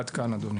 עד כאן אדוני.